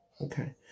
Okay